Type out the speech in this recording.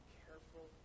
careful